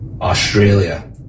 Australia